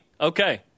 Okay